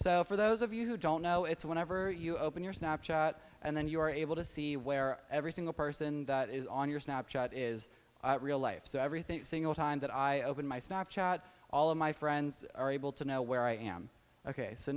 so for those of you who don't know it's whenever you open your snapshot and then you are able to see where every single person that is on your snapshot is real life so everything single time that i open my snapshot all of my friends are able to know where i am ok so